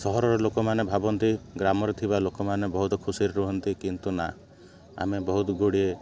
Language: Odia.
ସହରର ଲୋକମାନେ ଭାବନ୍ତି ଗ୍ରାମରେ ଥିବା ଲୋକମାନେ ବହୁତ ଖୁସିରେ ରୁହନ୍ତି କିନ୍ତୁ ନା ଆମେ ବହୁତ ଗୁଡ଼ିଏ